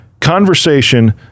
conversation